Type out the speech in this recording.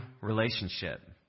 relationship